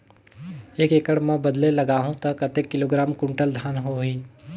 एक एकड़ मां बदले लगाहु ता कतेक किलोग्राम कुंटल धान होही?